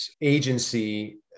agency